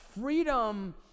Freedom